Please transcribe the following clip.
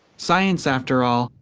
science after all,